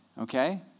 okay